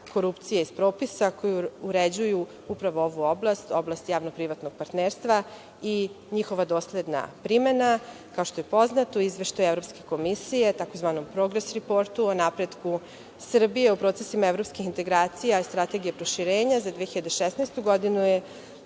korupcije iz propisa koju uređuju upravo ovu oblast, oblast javno-privatnog partnerstva i njihova dosledna primena. Kao što je poznato Izveštaj Evropske komisije tzv. „progres riportu“ o napretku Srbije u procesima evropskih integracija, Strategija proširenja za 2016. godinu je